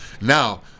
Now